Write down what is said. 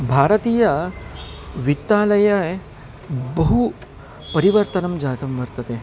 भारतीय वित्तालये बहु परिवर्तनं जातं वर्तते